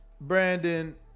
Brandon